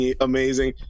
amazing